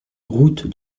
route